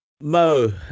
Mo